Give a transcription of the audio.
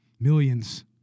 Millions